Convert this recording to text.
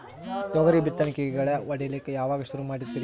ತೊಗರಿ ಬಿತ್ತಣಿಕಿಗಿ ಗಳ್ಯಾ ಹೋಡಿಲಕ್ಕ ಯಾವಾಗ ಸುರು ಮಾಡತೀರಿ?